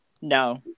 No